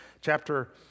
chapter